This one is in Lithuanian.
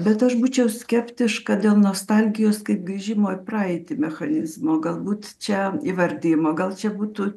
bet aš būčiau skeptiška dėl nostalgijos kaip grįžimo į praeitį mechanizmo galbūt čia įvardijimo gal čia būtų